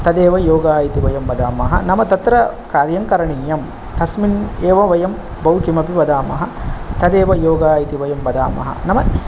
तदेव योग इति वयं वदामः नाम तत्र कार्यङ्करणीयं तस्मिन् एव वयं बहुकिमपि वदामः तदेव योग इति वयं वदामः नाम